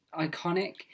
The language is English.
iconic